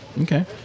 Okay